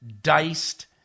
diced